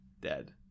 dead